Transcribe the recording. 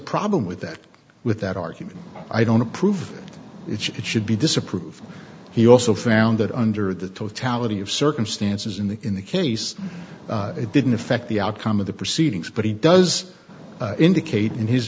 problem with that with that argument i don't approve it should be disapproved he also found that under the totality of circumstances in the in the case it didn't affect the outcome of the proceedings but he does indicate in his